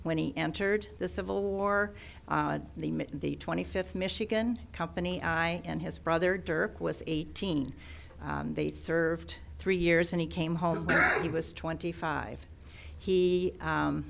when he entered the civil war the the twenty fifth michigan company i and his brother dirk was eighteen they served three years and he came home where he was twenty five he